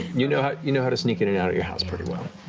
you know you know how to sneak in and out of your house pretty well.